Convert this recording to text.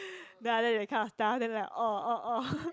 then after that that kind of stuff then orh orh orh